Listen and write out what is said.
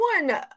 one